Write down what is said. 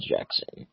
Jackson